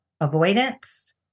Avoidance